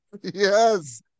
Yes